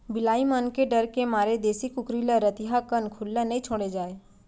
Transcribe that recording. बिलाई मन के डर के मारे देसी कुकरी ल रतिहा कन खुल्ला नइ छोड़े जाए